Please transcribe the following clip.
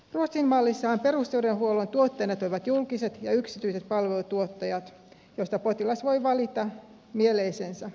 ruotsin mallissahan perusterveydenhuollon tuottajina toimivat julkiset ja yksityiset palveluntuottajat joista potilas voi valita mieleisensä